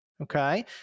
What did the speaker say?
okay